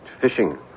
fishing